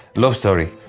love story,